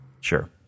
sure